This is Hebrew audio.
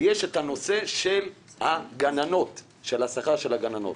ויש את הנושא של השכר של הגננות.